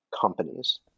companies